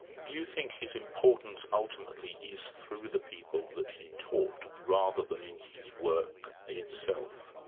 do you think his importance ultimately is through the people that he taught rather than in his work itself?